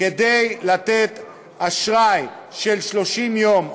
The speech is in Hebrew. כדי לתת אשראי של 30 יום,